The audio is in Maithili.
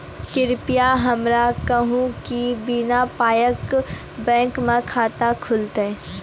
कृपया हमरा कहू कि बिना पायक बैंक मे खाता खुलतै?